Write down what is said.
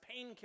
painkillers